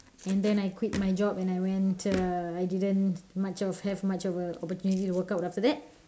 and then I quit my job and I went uh I didn't much of have much of a opportunity to work out after that